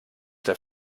der